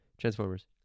Transformers